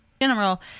general